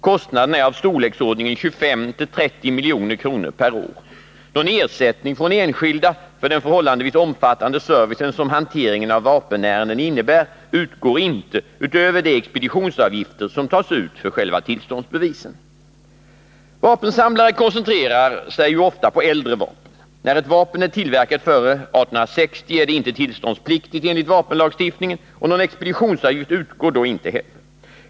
Kostnaderna är av storleksordningen 25-30 milj.kr. per år. Någon ersättning från enskilda för den förhållandevis omfattande service som hanteringen av vapenärendena innebär utgår inte utöver de expeditionsavgifter som tas ut för själva tillståndsbevisen. Vapensamlare koncenterar sig ju ofta på äldre vapen. När ett vapen är tillverkat före år 1860 är det inte tillståndspliktigt enligt vapenlagstiftningen, och någon expeditionsavgift utgår då inte heller.